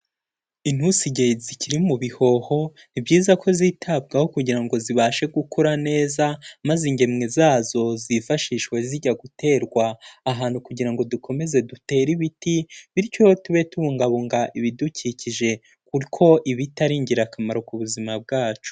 Intusige zikiri mu bihoho ni byiza ko zitabwaho kugira ngo zibashe gukura neza maze ingemwe zazo zifashishwe zijya guterwa ahantu kugira ngo dukomeze dutere ibiti, bityo tube tubungabunga ibidukikije kuko ibiti ari ingirakamaro ku buzima bwacu.